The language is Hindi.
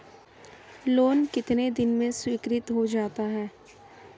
लोंन कितने दिन में स्वीकृत हो जाता है?